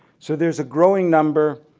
so there is a growing number